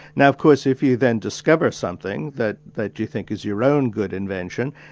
now of course if you then discover something that that you think is your own good invention,